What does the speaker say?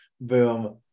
boom